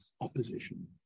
opposition